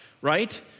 right